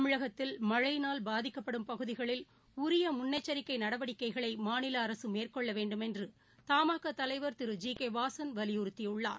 தமிழகத்தில் மழையினால் பாதிக்கப்படும் பகுதிகளில் உரியமுன்னேச்சிக்கைநடவடிக்கைகளைமாநிலஅரசுமேற்கொள்ளவேண்டுமென்றுதமாக தலைவர் திரு ஜி கேவாசன் வலியுறுத்தியுள்ளார்